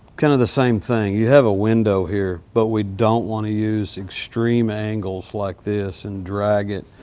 kinda the same thing. you have a window here, but we don't wanna use extreme angles like this and drag it.